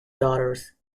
daughters